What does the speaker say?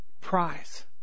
prize